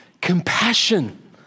Compassion